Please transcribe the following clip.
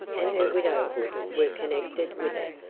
and her widowhood were connected with it.